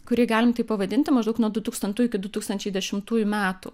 kurį galim taip pavadinti maždaug nuo dutūkstantųjų iki du tūkstančiai dešimtųjų metų